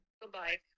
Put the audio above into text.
Goodbye